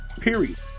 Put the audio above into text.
Period